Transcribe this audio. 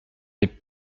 est